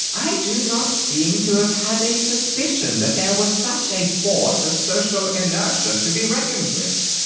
i do not seem to have had a suspicion that there was such a force as social inertia to be reckoned with.